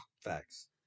facts